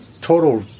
total